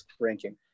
ranking